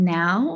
now